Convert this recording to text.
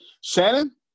Shannon